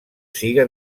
siga